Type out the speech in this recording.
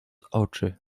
oczy